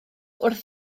wrth